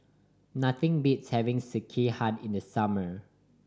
nothing beats having Sekihan in the summer